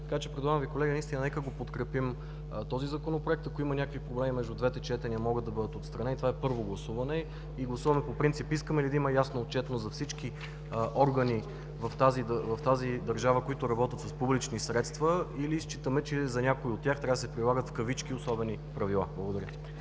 Така че предлагам Ви, колеги, наистина нека подкрепим този Законопроект. Ако има някакви проблеми, между двете четения могат да бъдат отстранени. Това е първо гласуване и гласуваме по принцип искаме ли да има ясна отчетност за всички органи в тази държава, които работят с публични средства, или считаме, че за някои от тях трябва да се прилагат „особени правила“. Благодаря.